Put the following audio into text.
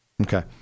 Okay